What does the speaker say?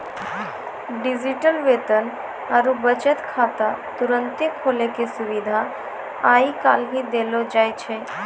digital वेतन आरु बचत खाता तुरन्ते खोलै के सुविधा आइ काल्हि देलो जाय छै